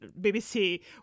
BBC